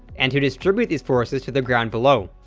and to distribute these forces to the ground below.